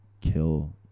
kill